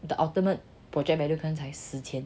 the ultimate project value 可能才十千